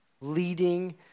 leading